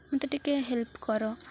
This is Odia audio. ମୋତେ ଟିକେ ହେଲ୍ପ କର